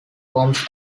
forms